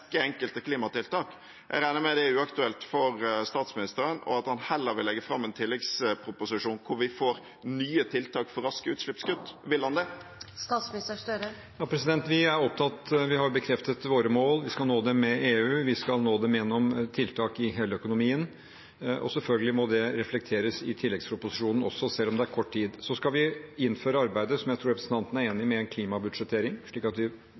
enkelte klimatiltak. Jeg regner med det er uaktuelt for statsministeren, og at han heller vil legge fram en tilleggsproposisjon hvor vi får nye tiltak for raske utslippskutt. Vil han det? Ja, vi har bekreftet våre mål. Vi skal nå dem med EU, vi skal nå dem gjennom tiltak i hele økonomien, og selvfølgelig må det reflekteres i tilleggsproposisjonen også, selv om det er kort tid. Så skal vi innføre arbeidet – som jeg tror representanten er enig i – med en klimabudsjettering, slik at vi